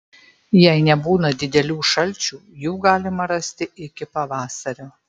jei nebūna didelių šalčių jų galima rasti iki pavasario